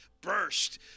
burst